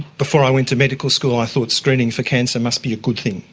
before i went to medical school i thought screening for cancer must be a good thing,